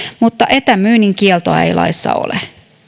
mutta etämyynnin kieltoa ei laissa ole